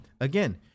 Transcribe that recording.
Again